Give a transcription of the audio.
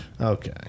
Okay